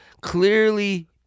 clearly